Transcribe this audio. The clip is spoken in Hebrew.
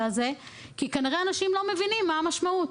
הזה כי כנראה אנשים לא מבינים מה המשמעות.